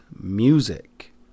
music